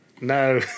No